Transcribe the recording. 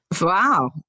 Wow